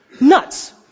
Nuts